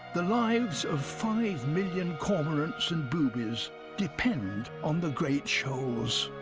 the lives of five million cormorants and boobies depend on the great shoals.